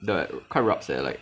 the quite rab sia like